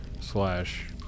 slash